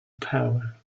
power